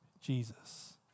Jesus